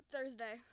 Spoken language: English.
thursday